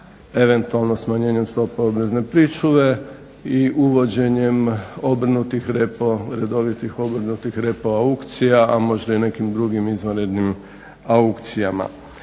eventualno smanjenjem stope obvezne pričuve i uvođenjem obrnutih repo-aukcija, a možda i nekim drugim izvanrednim aukcijama.